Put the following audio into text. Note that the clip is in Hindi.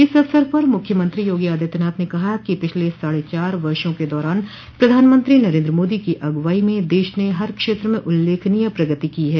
इस अवसर पर मुख्यमंत्री योगी आदित्यनाथ ने कहा कि पिछले साढ़े चार वर्षो के दौरान प्रधानमंत्री नरेन्द्र मोदी की अगुवाई में देश ने हर क्षेत्र में उल्लेखनीय प्रगति की है